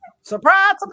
surprise